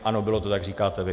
Ano, bylo to tak, jak říkáte vy.